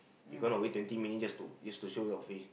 you gonna wait twenty minutes just to use just to show your face